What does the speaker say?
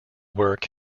work